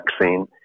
vaccine